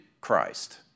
Christ